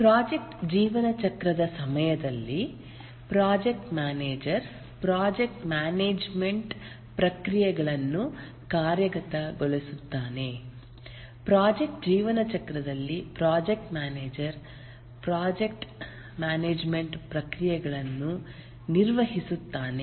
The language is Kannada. ಪ್ರಾಜೆಕ್ಟ್ ಜೀವನಚಕ್ರದ ಸಮಯದಲ್ಲಿ ಪ್ರಾಜೆಕ್ಟ್ ಮ್ಯಾನೇಜರ್ ಪ್ರಾಜೆಕ್ಟ್ ಮ್ಯಾನೇಜ್ಮೆಂಟ್ ಪ್ರಕ್ರಿಯೆಗಳನ್ನು ಕಾರ್ಯಗತಗೊಳಿಸುತ್ತಾನೆ ಪ್ರಾಜೆಕ್ಟ್ ಜೀವನಚಕ್ರದಲ್ಲಿ ಪ್ರಾಜೆಕ್ಟ್ ಮ್ಯಾನೇಜರ್ ಪ್ರಾಜೆಕ್ಟ್ ಮ್ಯಾನೇಜ್ಮೆಂಟ್ ಪ್ರಕ್ರಿಯೆಗಳನ್ನು ನಿರ್ವಹಿಸುತ್ತಾನೆ